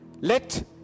Let